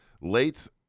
late